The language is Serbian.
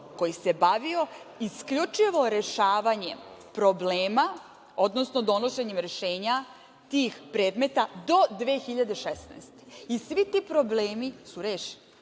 koji se bavio isključivo rešavanjem problema, odnosno donošenjem rešenja tih predmeta, do 2016. godine i svi ti problemi su rešeni